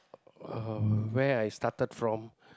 uh where I started from